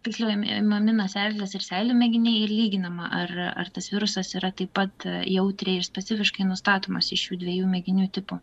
tiksliau imami nosiaryklės ir seilių mėginiai lyginama ar ar tas virusas yra taip pat jautriai ir specifiškai nustatomas iš šių dviejų mėginių tipo